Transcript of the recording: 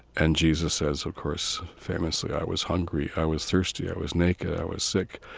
and jesus says, of course, famously, i was hungry, i was thirsty, i was naked, i was sick,